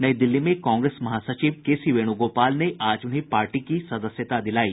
नई दिल्ली में कांग्रेस महासचिव के सी वेणुगोपाल ने आज उन्हें पार्टी की सदस्यता दिलाई